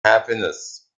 happiness